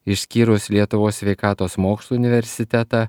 išskyrus lietuvos sveikatos mokslų universitetą